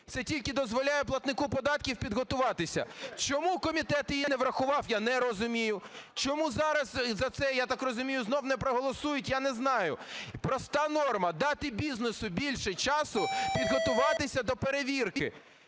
Це тільки дозволяє платнику податків підготуватися. Чому комітет її не врахував, я не розумію. Чому зараз за це, я так розумію, знов не проголосують, я не знаю. Проста норма – дати бізнесу більше часу підготуватися до перевірки.